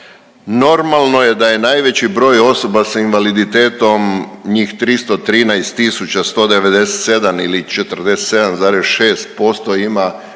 Normalno je da je najveći broj osoba sa invaliditetom njih 313 197 ili 47,6% ima